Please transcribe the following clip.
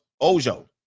Ojo